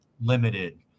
limited